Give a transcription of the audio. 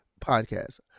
podcast